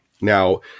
Now